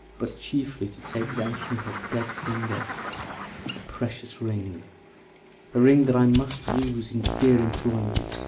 but chiefly to take thence from her dead finger a precious ring a ring that i must use in dear employment